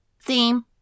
theme